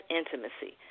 intimacy